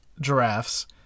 giraffes